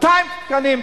200 תקנים,